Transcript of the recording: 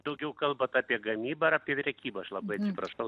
daugiau kalbant apie gamybą ar apie prekybą aš labai atsiprašau